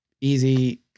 easy